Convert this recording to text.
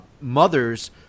mothers